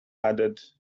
added